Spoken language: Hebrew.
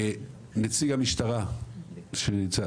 נציג המשטרה שנמצא,